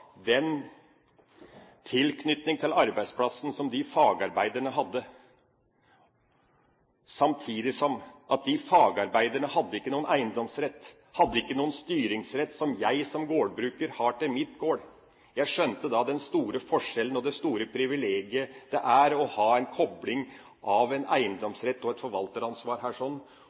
til arbeidsplassen som disse fagarbeiderne hadde, samtidig som fagarbeiderne ikke hadde noen eiendomsrett. De hadde ikke noen styringsrett, som jeg som gårdbruker har til min gård. Jeg skjønte da den store forskjellen og det store privilegiet det er å ha en kobling av en eiendomsrett og et forvalteransvar.